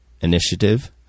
initiative